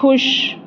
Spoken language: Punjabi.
ਖੁਸ਼